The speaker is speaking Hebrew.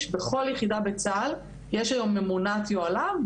ובכל יחידה בצה"ל יש היום ממונת יוהל"מ,